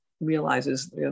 realizes